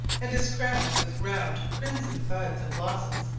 and is crowned with round crimson buds and blossoms,